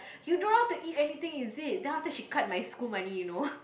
you don't know how to eat anything is it then after that she cut my school money you know